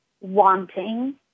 wanting